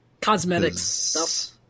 Cosmetics